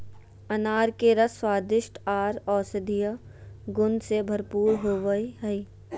अनार के रस स्वादिष्ट आर औषधीय गुण से भरपूर होवई हई